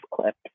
clip